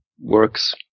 works